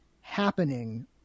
happening